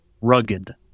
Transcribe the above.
rugged